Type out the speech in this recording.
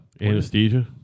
Anesthesia